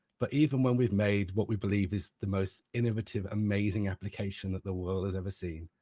but even when we've made what we believe is the most innovative amazing application that the world has ever seen,